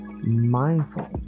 mindful